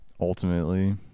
Ultimately